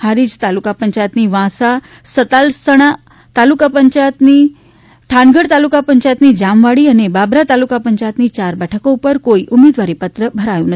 હારીજ તાલુકા પંચાયતની વાંસા સતલાસણા તાલુકા પંચાયતની સતલાસણા થાનગઢ તાલુકા પંચાયતની જામવાળી અને બાબરા તાલુકા પંચાયતની યાર બેઠકો ઉપર કોઈ ઉમેદવારીપત્રક ભરાયું નથી